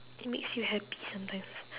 it makes you happy sometimes